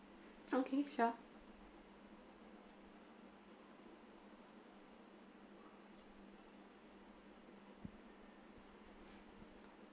okay sure